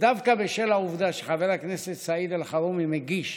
דווקא בשל העובדה שחבר הכנסת סעיד אלחרומי מגיש